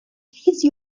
please